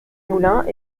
moulins